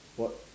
what